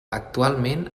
actualment